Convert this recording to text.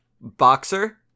Boxer